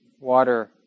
Water